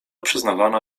przyznawana